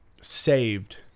saved